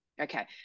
okay